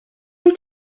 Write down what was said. wyt